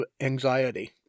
anxiety